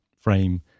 frame